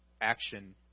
action